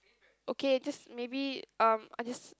okay this maybe um I just